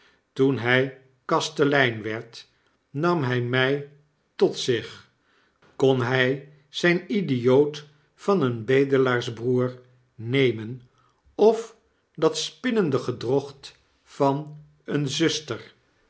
toen hy kastelein werd nam hy my tot zich kon hij zyn idioot van een bedelaarsbroer nemen of dat spinnende gedrocht van een zuster